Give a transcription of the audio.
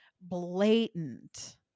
blatant